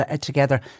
together